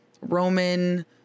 Roman